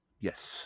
Yes